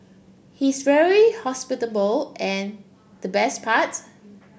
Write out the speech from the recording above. he's very hospitable and the best parts